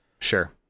Sure